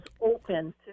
open